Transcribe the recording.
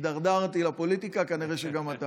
הידרדרתי לפוליטיקה, כנראה שגם אתה.